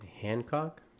Hancock